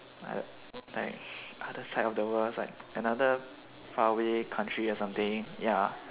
I don't like other side of the world is like another faraway country or something ya